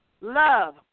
Love